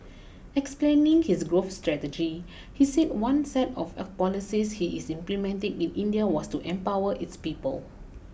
explaining his growth strategy he said one set of policies he is implementing in India was to empower its people